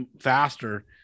faster